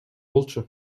болчу